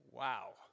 Wow